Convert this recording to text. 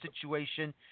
situation